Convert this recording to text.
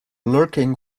lurking